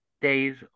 days